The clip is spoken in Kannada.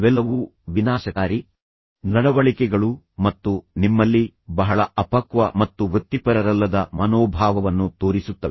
ಇವೆಲ್ಲವೂ ವಿನಾಶಕಾರಿ ನಡವಳಿಕೆಗಳು ಮತ್ತು ನಿಮ್ಮಲ್ಲಿ ಬಹಳ ಅಪಕ್ವ ಮತ್ತು ವೃತ್ತಿಪರರಲ್ಲದ ಮನೋಭಾವವನ್ನು ತೋರಿಸುತ್ತವೆ